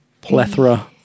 plethora